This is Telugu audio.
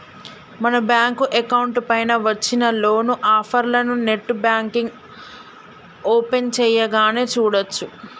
మన బ్యాంకు అకౌంట్ పైన వచ్చిన లోన్ ఆఫర్లను నెట్ బ్యాంకింగ్ ఓపెన్ చేయగానే చూడచ్చు